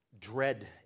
dread